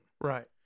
Right